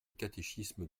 catéchisme